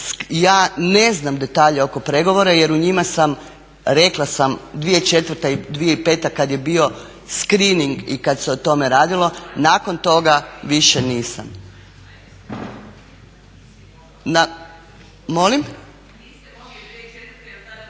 ja ne znam detalje oko pregovora jer u njima sam, rekla sam 2004. i 2005. kada je bio screening i kada se o tome radilo, nakon toga više nisam.